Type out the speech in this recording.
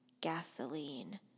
gasoline